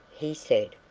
he said.